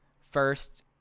First